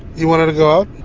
you wanted to go